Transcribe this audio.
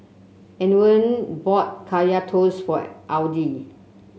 Antwain bought Kaya Toast for Audy